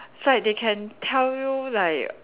it's like they can tell you like